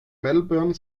melbourne